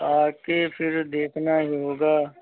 आ कर फिर देखना ही होगा